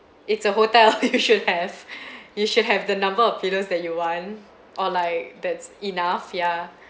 it's a hotel you should have you should have the number of pillows that you want or like that's enough yeah